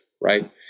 right